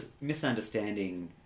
misunderstanding